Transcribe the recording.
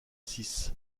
six